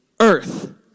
Earth